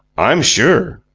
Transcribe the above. i'm sure,